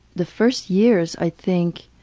the first years i think